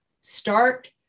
start